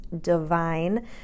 divine